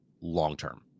long-term